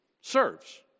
serves